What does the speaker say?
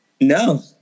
No